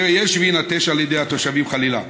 ויש סכנה שיינטש על ידי התושבים, חלילה.